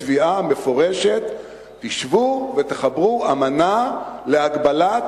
בתביעה מפורשת: תשבו ותחברו אמנה להגבלת